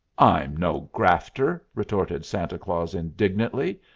i'm no grafter! retorted santa claus indignantly.